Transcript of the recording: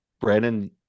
Brandon